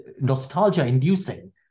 nostalgia-inducing